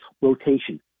rotation